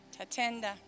Tatenda